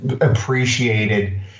appreciated